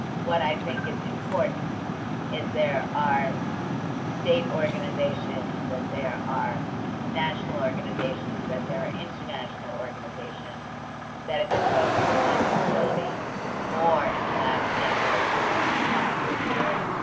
what i think is important is there are state organizations that there are national organizations, that there are international organizations that have been focusing on disability more in the last ten years than in previous years.